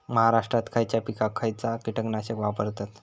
महाराष्ट्रात खयच्या पिकाक खयचा कीटकनाशक वापरतत?